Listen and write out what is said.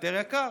יותר יקר,